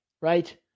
right